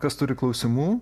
kas turi klausimų